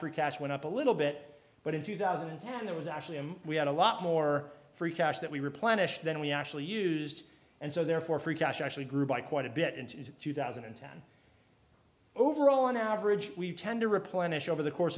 for cash went up a little bit but in two thousand and ten it was actually him we had a lot more free cash that we replenish than we actually used and so therefore free cash actually grew by quite a bit in two thousand and ten overall on average we tend to replenish over the course